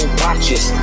watches